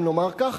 אם נאמר כך.